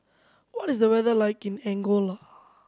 what is the weather like in Angola